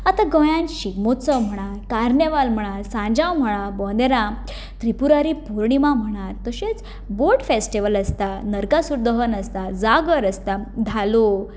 आतां गोंयात शिगमोस्तव म्हणात कार्नेवाल म्हणा सांजाव म्हणा बोनेरां त्रिपूरारी पुर्णीमा म्हणा तशेंच बोट फेस्टीवल आसता नरकासूर दहन आसता जागर आसता धालो